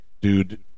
dude